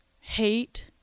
hate